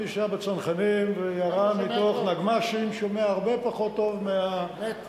מי שהיה בצנחנים וירה מתוך נגמ"שים שומע הרבה פחות מהתותחנים.